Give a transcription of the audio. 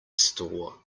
store